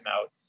out